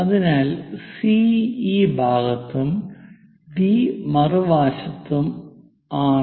അതിനാൽ സി ഈ ഭാഗത്തും ഡി മറുവശത്തും ആണ്